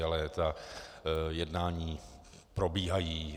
Ale ta jednání probíhají.